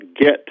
get